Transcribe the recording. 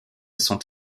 sont